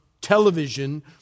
television